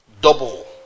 double